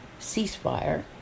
ceasefire